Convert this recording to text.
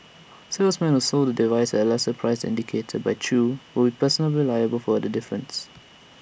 salesmen who sold the devices at A lesser price than indicated by chew would be personally liable for the difference